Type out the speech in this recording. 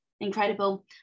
incredible